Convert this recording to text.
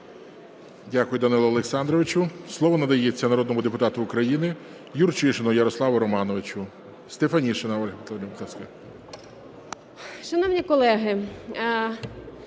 Дякую Данило Олександровичу. Слово надається народному депутату України Юрчишину Ярославу Романовичу. Стефанишина Ольга Анатоліївна, будь ласка.